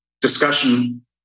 discussion